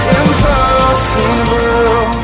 impossible